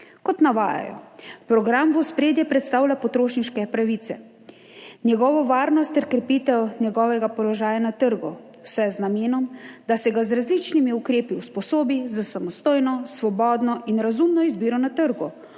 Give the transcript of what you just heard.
Kot navajajo, program v ospredje predstavlja potrošniške pravice, njegovo varnost ter krepitev njegovega položaja na trgu, vse z namenom, da se ga z različnimi ukrepi usposobi za samostojno, svobodno in razumno izbiro na trgu,